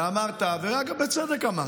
אמרת, ובצדק אמרת,